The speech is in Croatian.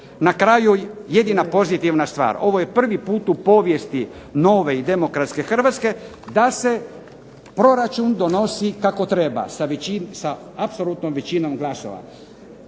na kraju jedina pozitivna stvar. Ovo je prvi put u povijesti nove i demokratske Hrvatske da se proračun donosi kako treba, sa apsolutnom većinom glasova.